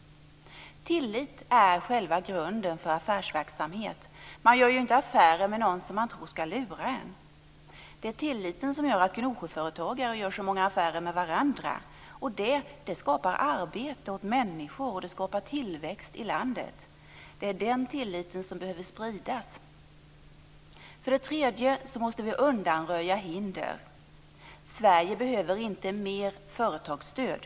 Tillit är själva grunden för affärsverksamhet. Man gör inte affärer med någon som man tror ska lura en. Det är tilliten som gör att Gnosjöföretagare gör så många affärer med varandra. Det skapar arbete åt människor och tillväxt i landet. Det är den tilliten som behöver spridas. För det tredje måste vi undanröja hinder. Sverige behöver inte mer företagsstöd.